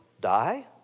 die